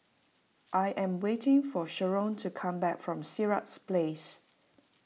I am waiting for Sherron to come back from Sirat Place